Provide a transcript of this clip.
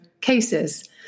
cases